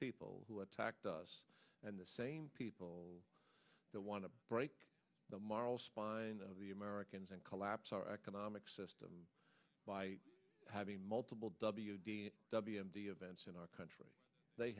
people who attacked us and the same people that want to break the model spine of the americans and collapse our economic system by having multiple w w m d events in our country they